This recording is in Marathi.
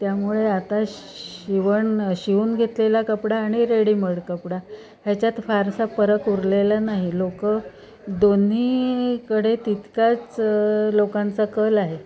त्यामुळे आता शि शिवण शिवून घेतलेला कपडा आणि रेडीमेड कपडा ह्याच्यात फारसा फरक उरलेला नाही लोक दोन्हीकडे तितकाच लोकांचा कल आहे